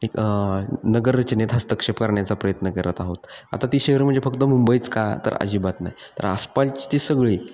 एक नगररचनेत हस्तक्षेप करण्याचा प्रयत्न करत आहोत आता ती शहर म्हणजे फक्त मुंबईच का तर अजिबात नाही तर आसपास ती सगळी